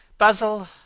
basil,